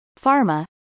pharma